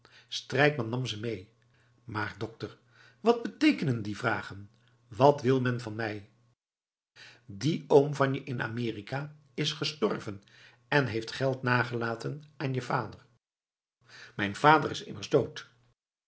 strijkman nam ze mee maar dokter wat beteekenen die vragen wat wil men van mij die oom van je in amerika is gestorven en heeft geld nagelaten aan je vader mijn vader is immers dood